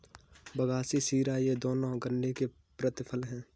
बगासी शीरा ये दोनों गन्ने के प्रतिफल हैं